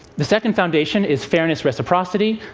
the second foundation is fairness reciprocity.